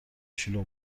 شلوغ